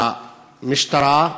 המשטרה,